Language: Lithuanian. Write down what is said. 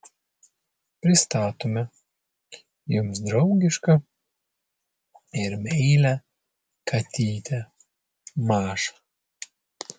pristatome jums draugišką ir meilią katytę mašą